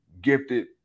gifted